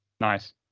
Nice